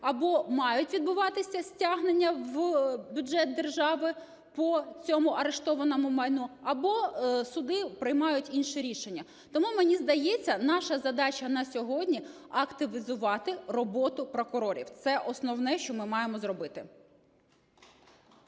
або мають відбуватися стягнення в бюджет держави по цьому арештовану майну, або суди приймають інші рішення. Тому, мені здається, наша задача на сьогодні активізувати роботу прокурорів. Це основне, що ми маємо зробити.